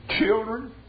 Children